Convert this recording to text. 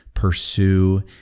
pursue